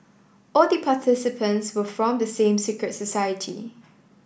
all the participants were from the same secret society